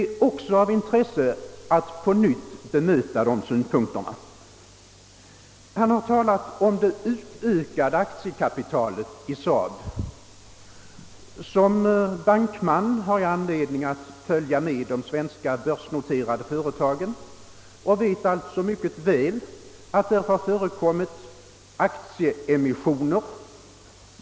Det finns anledning att på nytt bemöta de synpunkterna. Herr Jansson talade om det utökade aktiekapitalet i SAAB. Som bankman har jag anledning följa med de svenska börsnoterade företagen och vet därför mycket väl att fondemissioner har förekommit.